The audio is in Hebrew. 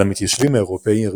על המתיישבים האירופאים הראשונים,